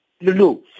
Lulu